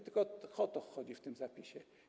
Tylko o to chodzi w tym przepisie.